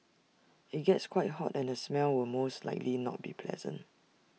IT gets quite hot and the smell will most likely not be pleasant